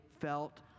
felt